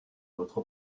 votre